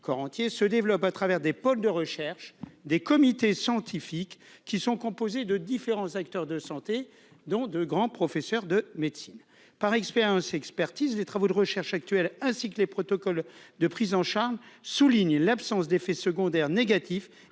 corps entier se développe à travers des pôles de recherche des comités scientifiques qui sont composés de différents acteurs de santé dont de grands professeurs de médecine, par expérience, expertise des travaux de recherches actuelles ainsi que les protocoles de prise en charge, souligne l'absence d'effets secondaires négatifs